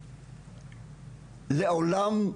לעולם,